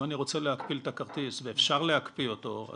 אם אני רוצה להפעיל את הכרטיס ואפשר להקפיא אותו,